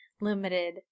limited